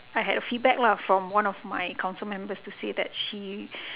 I had a feedback lah from one of my council members to say that she